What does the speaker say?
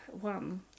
one